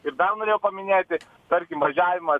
ir dar norėjau paminėti tarkim važiavimą